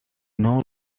know